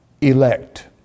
elect